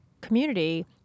community